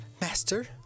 Master